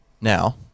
now